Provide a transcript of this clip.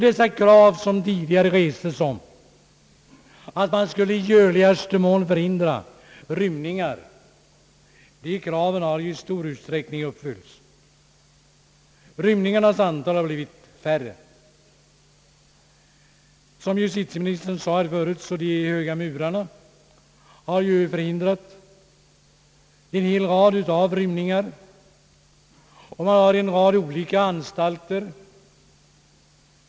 De krav som tidigare rests om att man i görligaste mån skulle förhindra rymningar har i stor utsträckning uppfyllts. Rymningarna har blivit färre. Som justitieministern förut påpekade har de höga murarna försvårat rymningar. Det finns dessutom numera ett antal anstalter av olika säkerhetsgrad.